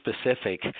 specific